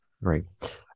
Right